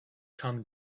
come